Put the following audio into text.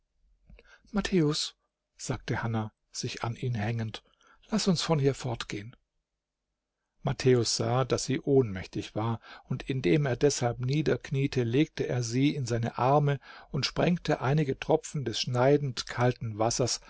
matthäus sagte hanna sich an ihn hängend laß uns von hier fortgehen matthäus sah daß sie ohnmächtig war und indem er deshalb niederkniete legte er sie in seine arme und sprengte einige tropfen des schneidend kalten wassers